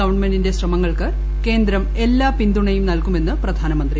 ഗവൺമെന്റിന്റെ ശ്രമങ്ങൾക്ക് കേന്ദ്രം എല്ലാ പിന്തുണയും നൽകുമെന്ന് പ്രധാനമന്ത്രി